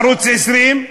ערוץ 20,